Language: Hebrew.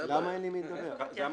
זו הבעיה.